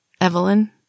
Evelyn